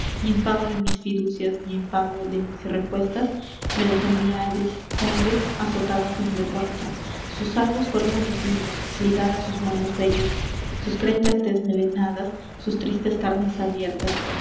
en pago de mis fiducias y en pago de mis recuestas me las enviades condes azotadas sin vergüenza sus albos cuerpos desnudos ligadas sus manos bellas sus crenchas desmelenadas sus tristes carnes abiertas